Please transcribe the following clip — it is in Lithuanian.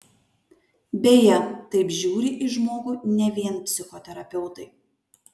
beje taip žiūri į žmogų ne vien psichoterapeutai